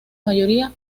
mayoría